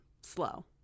slow